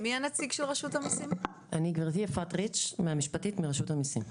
אני מן הלשכה המשפטית ברשות המיסים.